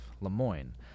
Lemoyne